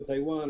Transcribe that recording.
הן בטאיוואן,